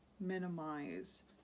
minimize